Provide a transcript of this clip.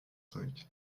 cinq